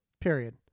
period